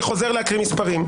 אני חוזר להקריא מספרים.